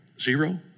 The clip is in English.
Zero